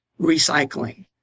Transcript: recycling